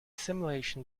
simulation